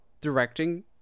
directing